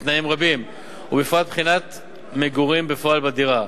רבים ובפרט בחינת מגורים בפועל בדירה,